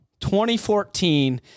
2014